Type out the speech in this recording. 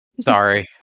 Sorry